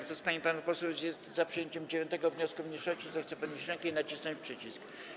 Kto z pań i panów posłów jest za przyjęciem 9. wniosku mniejszości, zechce podnieść rękę i nacisnąć przycisk.